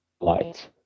light